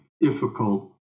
difficult